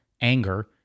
anger